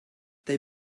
they